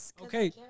Okay